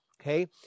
okay